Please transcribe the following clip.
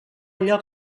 allò